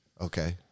Okay